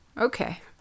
Okay